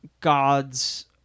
gods